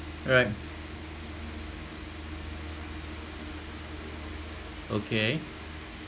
right okay